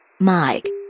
Mike